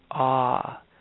awe